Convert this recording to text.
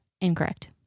incorrect